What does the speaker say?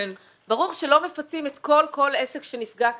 ברור שלא מפצים כל עסק שנפגע קצת.